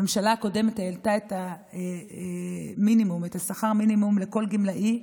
הממשלה הקודמת העלתה את שכר המינימום לכל גמלאי,